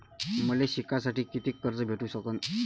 मले शिकासाठी कितीक कर्ज भेटू सकन?